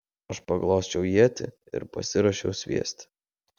aš paglosčiau ietį ir pasiruošiau sviesti